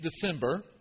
December